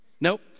Nope